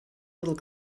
little